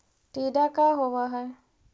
टीडा का होव हैं?